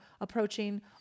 approaching